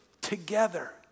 together